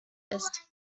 ist